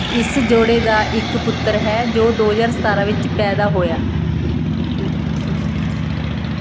ਇਸ ਜੋੜੇ ਦਾ ਇੱਕ ਪੁੱਤਰ ਹੈ ਜੋ ਦੋ ਹਜ਼ਾਰ ਸਤਾਰਾਂ ਵਿੱਚ ਪੈਦਾ ਹੋਇਆ